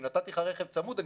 אם נתתי לך רכב צמוד,